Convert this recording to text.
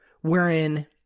wherein